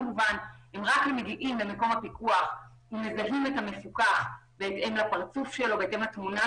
הם רק מגיעים למקום הפיקוח ומזהים את המצוקה בהתאם לתמונה,